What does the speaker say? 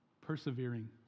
Persevering